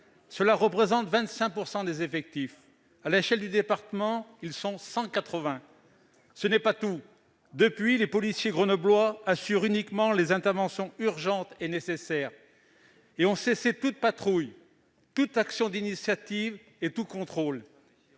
de l'Isère- 25 % des effectifs ! À l'échelle du département, ils sont 180. Ce n'est pas tout : depuis lors, les policiers grenoblois assurent uniquement les interventions urgentes et nécessaires ; ils ont cessé toute patrouille, toute action d'initiative, tout contrôle.